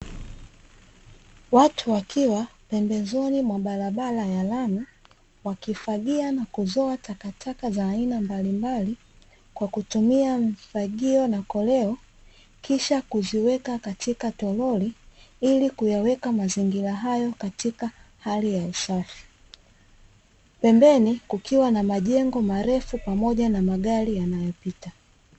Watu wakiwa pembezoni mwa barabara ya lami, wakifagia na kuzoa takataka za aina mbalimbali, kwa kutumia mfagio na koleo kisha kuziweka katika toroli, ili kuyaweka mazingira hayo katika hali ya usafi. Pembeni kukiwa na majengo marefu pamoja na magari yanayopita.